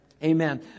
Amen